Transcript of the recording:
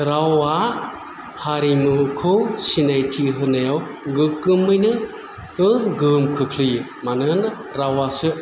रावा हारिमुखौ सिनायथि होनायाव गोग्गाेमैनो गोहोम खोख्लैयो मानोना रावासो